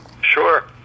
Sure